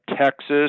Texas